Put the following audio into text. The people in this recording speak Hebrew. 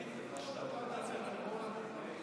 כנסת נכבדה, אני